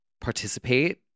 participate